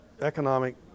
economic